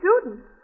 student